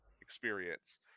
experience